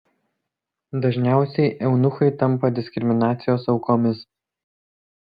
dažniausiai eunuchai tampa diskriminacijos aukomis